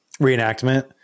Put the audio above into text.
reenactment